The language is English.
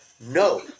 No